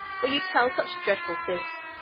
for you tell such dreadful fibs,